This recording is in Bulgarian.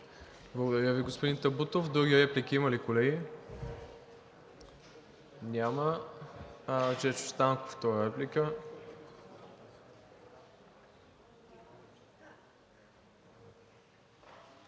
Благодаря Ви, господин Табутов. Други реплики има ли, колеги? Няма. Жечо Станков – втора реплика.